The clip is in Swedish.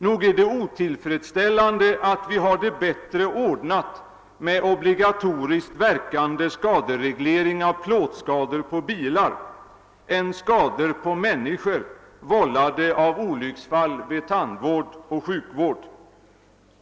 Nog är det otillfredsställande att vi har det bättre ordnat med obligatoriskt verkande skadereglering av plåtskador på bilar än skador på människor vållade av olycksfall vid tandvård och sjukvård.